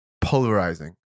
polarizing